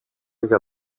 για